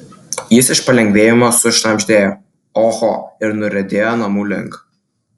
jis iš palengvėjimo sušnabždėjo oho ir nuriedėjo namų link